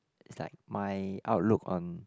it's like my outlook on